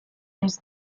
les